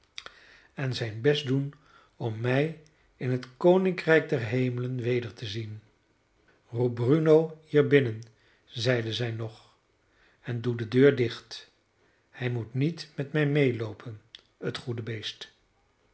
en zijn best doen om mij in het koninkrijk der hemelen weder te zien roep bruno hier binnen zeide zij nog en doe de deur dicht hij moet niet met mij meeloopen het goede beest